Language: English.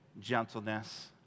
gentleness